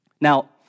Now